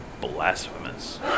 blasphemous